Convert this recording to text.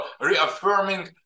reaffirming